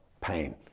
pain